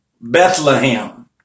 Bethlehem